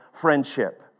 friendship